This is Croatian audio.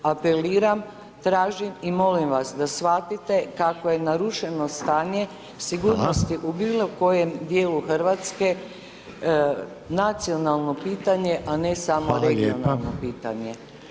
Apeliram, tražim i molim vas da shvatite kako je narušeno stanje sigurnosti [[Upadica: Hvala]] u bilo kojem dijelu RH, nacionalno pitanje, a ne samo regionalno [[Upadica: Hvala lijepa]] pitanje.